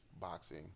boxing